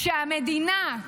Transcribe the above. כשהמדינה,